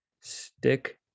stick